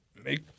make